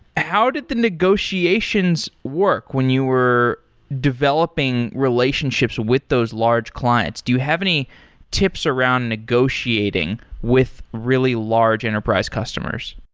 how did the negotiations work when you were developing relationships with those large clients? do you have any tips around negotiating with really large enterprise customers?